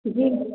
जी